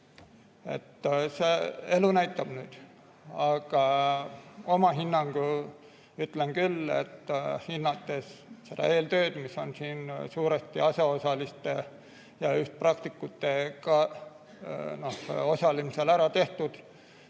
Elu näitab nüüd. Aga oma hinnangu ütlen küll, et hinnates seda eeltööd, mis on siin suuresti asjaosaliste ja just praktikute osalemisel ära tehtud,